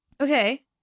okay